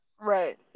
right